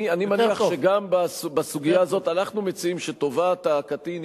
אני מניח שגם בסוגיה הזאת אנחנו מציעים שטובת הקטין,